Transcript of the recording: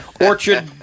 Orchard